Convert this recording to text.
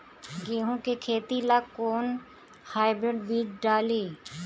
गेहूं के खेती ला कोवन हाइब्रिड बीज डाली?